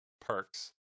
perks